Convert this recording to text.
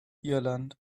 irland